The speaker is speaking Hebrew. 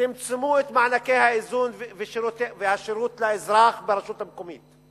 צמצמו את מענקי האיזון ואת השירות לאזרח ברשות המקומית,